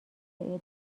توسعه